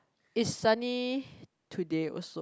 is sunny today also